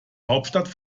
hauptstadt